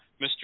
Mr